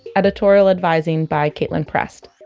editorial advising by kaitlin prest.